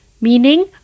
Meaning